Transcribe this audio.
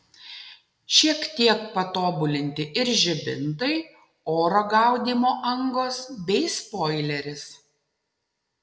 šiek tiek patobulinti ir žibintai oro gaudymo angos bei spoileris